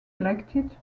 elected